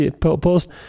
post